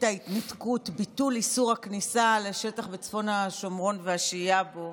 תוכנית ההתנתקות (ביטול איסור הכניסה לשטח בצפון השומרון והשהייה בו),